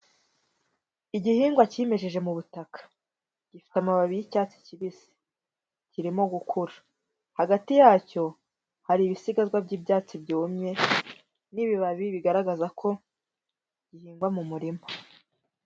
Igihingwa cyimejeje mu butaka, gifite amababi y'icyatsi kibisi, kirimo gukura, hagati yacyo hari ibisigazwa by'ibyatsi byumye n'ibibabi bigaragaza ko gihingwa mu murima.